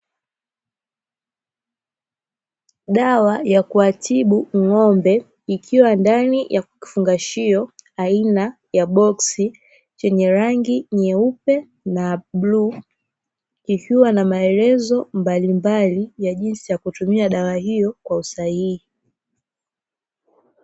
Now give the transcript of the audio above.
Dawa ya kuwatibu ng'ombe ikiwa ndani ya kifungashio aina ya boksi chenye rangi nyeupe na bluu, kikiwa na maelezo mbalimbali ya jinsi ya kutumia dawa hiyo kwa usahihi.